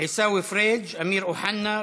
עיסאווי פריג'; אמיר אוחנה,